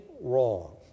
wrong